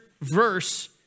verse